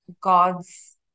God's